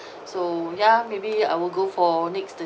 so ya maybe I will go for next